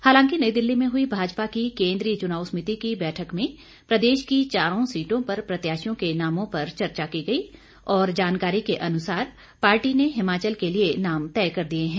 हालांकि नई दिल्ली में हुई भाजपा की केंद्रीय चुनाव समिति की बैठक में प्रदेश की चारों सीटों पर प्रत्याशियों के नामों पर चर्चा की गई और जानकारी के अनुसार पार्टी ने हिमाचल के लिए नाम तय कर दिए हैं